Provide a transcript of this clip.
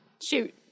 shoot